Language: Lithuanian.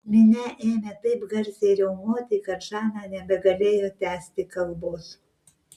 minia ėmė taip garsiai riaumoti kad žana nebegalėjo tęsti kalbos